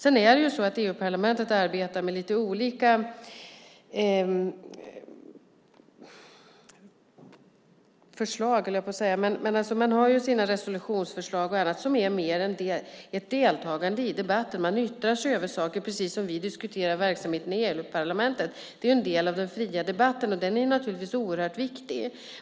EU-parlamentet har sina resolutionsförslag som är mer ett deltagande i debatten. Man yttrar sig över saker, precis som vi diskuterar verksamheten i EU-parlamentet. Det är en del av den fria debatten, och den är naturligtvis oerhört viktig.